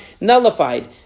nullified